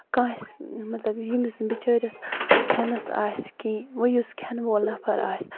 کٲنٛسہِ مطلب ییٚمِس بِچٲرِس کھیٚنَس آسہِ کیٚنٛہہ وۄنۍ یُس کھیٚنِہٕ وول نَفر آسہِ